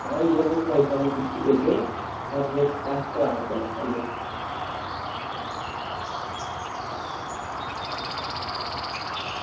आइयै ते दुआई थुआनू दिक्खी लैगे पर यह टेस्ट कराने पौने थुआनू